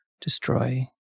destroy